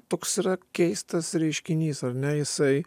toks yra keistas reiškinys ar ne jisai